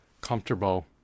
comfortable